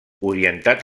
orientat